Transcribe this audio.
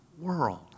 world